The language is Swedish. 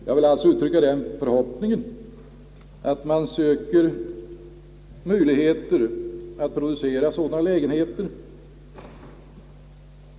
Jag vill därför uttrycka förhoppningen att man söker möjligheter att producera sådana lägenheter.